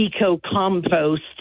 eco-compost